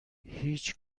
هیچ